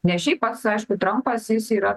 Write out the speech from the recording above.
ne šiaip pats aišku trampas jis yra